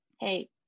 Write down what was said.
hey